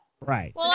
Right